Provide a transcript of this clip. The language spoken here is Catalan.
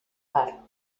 car